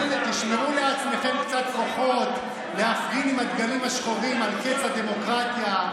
תשמרו לעצמכם קצת כוחות להפגין עם הדגלים השחורים על קץ הדמוקרטיה.